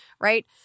right